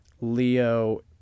Leo